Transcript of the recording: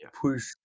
push